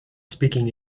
speaking